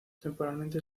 temporalmente